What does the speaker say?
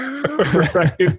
Right